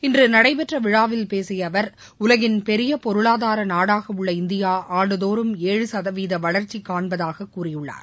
இன்று நடைபெற்ற விழாவில் பேசிய அவர் உலகின் பெரிய பொருளாதார நாடாக உள்ள இந்தியா ஆண்டுதோறும் ஏழு சதவீத வளர்ச்சி காண்பதாக கூறியுள்ளார்